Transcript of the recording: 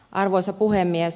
arvoisa puhemies